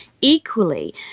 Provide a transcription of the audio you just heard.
equally